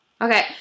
Okay